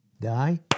die